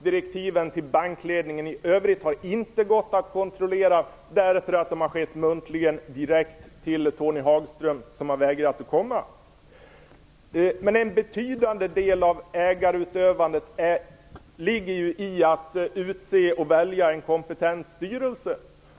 Direktiven till bankledningen i övrigt har inte gått att kontrollera därför att de har getts muntligt och direkt till Tony Hagström, som har vägrat att komma. Men en betydande del av ägarutövandet ligger i att utse och välja en kompetent styrelse.